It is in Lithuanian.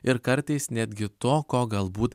ir kartais netgi to ko galbūt